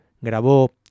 grabó